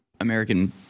American